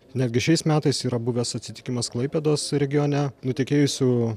netgi šiais metais yra buvęs atsitikimas klaipėdos regione nutekėjusių